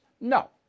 No